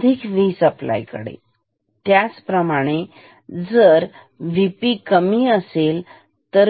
अधिक Vसप्लाय कडे त्याचप्रमाणे जर VP कमी असेल